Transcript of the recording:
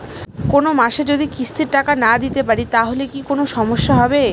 কোনমাসে যদি কিস্তির টাকা না দিতে পারি তাহলে কি কোন সমস্যা হবে?